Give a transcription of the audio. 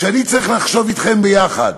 כשאני צריך לחשוב אתכם ביחד